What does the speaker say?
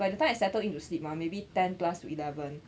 by the time I settled in to sleep mah may ten plus eleven